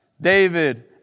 David